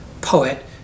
poet